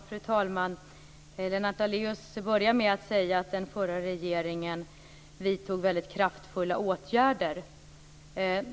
Fru talman! Lennart Daléus börjar med att säga att den förra regeringen vidtog väldigt kraftfulla åtgärder.